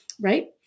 right